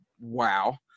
wow